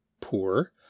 poor